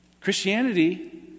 Christianity